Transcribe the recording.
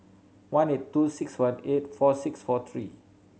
one eight two six one eight four six four three